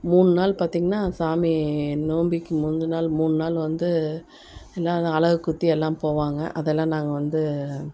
மூணு நாள் பார்த்தீங்கன்னா சாமி நோன்பிக்கு முந்தின நாள் மூணு நாள் வந்து எல்லாேரும் அலகு குத்தி எல்லாம் போவாங்க அதெல்லாம் நாங்கள் வந்து